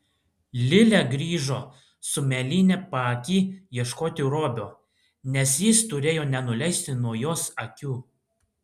lilė grįžo su mėlyne paaky ieškoti robio nes jis turėjo nenuleisti nuo jos akių